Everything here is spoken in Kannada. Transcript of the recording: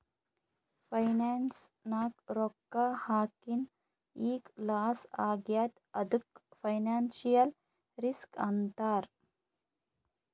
ಫೈನಾನ್ಸ್ ನಾಗ್ ರೊಕ್ಕಾ ಹಾಕಿನ್ ಈಗ್ ಲಾಸ್ ಆಗ್ಯಾದ್ ಅದ್ದುಕ್ ಫೈನಾನ್ಸಿಯಲ್ ರಿಸ್ಕ್ ಅಂತಾರ್